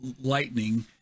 lightning